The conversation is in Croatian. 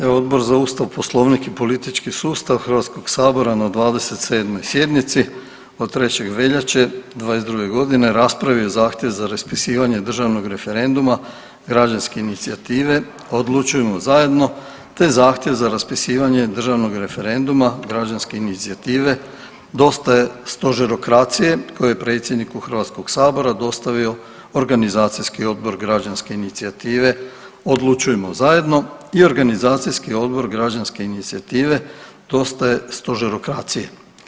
Evo Odbor za Ustav, Poslovnik i politički sustav Hrvatskog sabora na 27. sjednici od 3. veljače 2022. godine raspravio je zahtjev za raspisivanje državnog referenduma građanske inicijative „Odlučujmo zajedno“ te zahtjev za raspisivanje državnog referenduma građanske inicijative „Dosta je stožerokracije“ koje je predsjedniku Hrvatskog sabora dostavio organizacijski odbor građanske inicijative „Odlučujmo zajedno“ i organizacijski odbor građanske inicijative „Dosta je stožerokracije“